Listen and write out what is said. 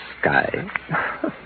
sky